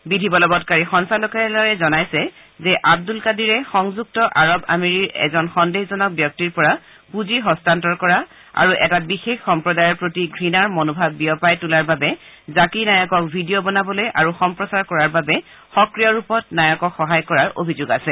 বিধি বলবৎকাৰী সঞ্চালকালয়ে জনাইছে যে আব্দুল কাদিৰে সংযুক্ত আৰৱ আমেৰিৰ এজন সন্দেহজনক ব্যক্তিৰ পৰা পূঁজি হস্তান্তৰ কৰা আৰু এটা বিশেষ সম্প্ৰদায়ৰ প্ৰতি ঘৃণাৰ মনোভাৱ বিয়পাই তোলাৰ বাবে জাকিৰ নায়কক ভিডিঅ' বনাবলৈ আৰু সম্প্ৰচাৰ কৰাৰ বাবে সক্ৰিয় ৰূপত নায়কক সহায় কৰাৰ অভিযোগ আছে